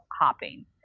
hopping